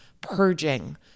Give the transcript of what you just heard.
purging